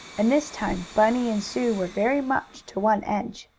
and this time bunny and sue were very much to one edge.